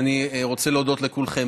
אני רוצה להודות לכולכם.